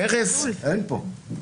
אין פה.